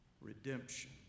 redemption